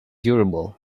durable